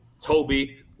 Toby